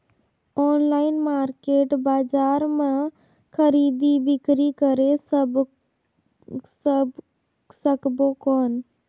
Online market बजार मां खरीदी बीकरी करे सकबो कौन?